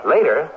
Later